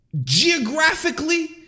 Geographically